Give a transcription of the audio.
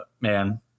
man